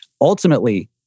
Ultimately